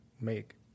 make